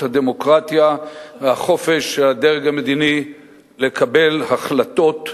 הדמוקרטיה והחופש של הדרג המדיני לקבל החלטות ולהכריע.